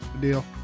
deal